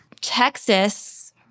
Texas